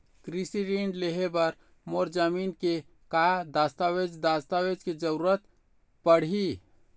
कृषि ऋण लेहे बर मोर जमीन के का दस्तावेज दस्तावेज के जरूरत पड़ही?